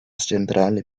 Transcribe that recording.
centrale